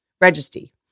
registry